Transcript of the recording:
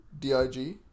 D-I-G